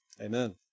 Amen